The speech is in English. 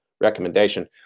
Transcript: recommendation